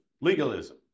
Legalism